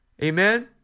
Amen